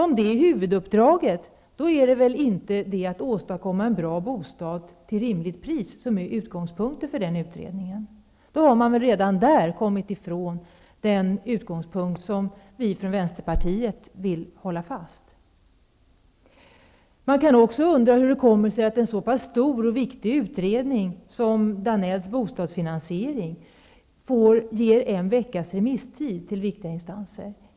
Om det är huvuduppdraget, är det väl inte att åstadkomma en bra bostad till rimligt pris som är utgångspunkten för utredningen! Redan där har man då kommit ifrån den utgångspunkt som vi från Vänsterpartiet vill hålla fast vid. Man kan också undra hur det kommer sig att en så stor och viktig utredning som Danells om bostadsfinansieringen får en veckas remisstid hos viktiga instanser.